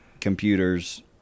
computers